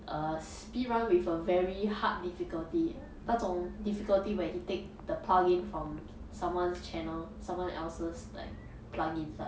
uh speed run with a very hard difficulty 那种 difficulty where he take the plug-in from someone's channel someone else's like plug-ins ah